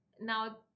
now